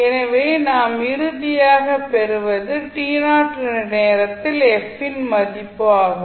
எனவே நாம் இறுதியாகப் பெறுவது என்ற நேரத்தில் மதிப்பு ஆகும்